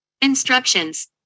Instructions